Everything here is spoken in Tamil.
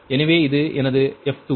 எனவே இது எனது f2